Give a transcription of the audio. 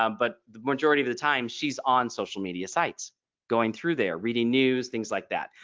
um but the majority of the time she's on social media sites going through they're reading news things like that.